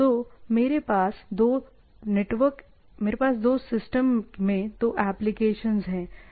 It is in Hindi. तो मेरे पास दो सिस्टम्स में दो एप्लीकेशंस हैं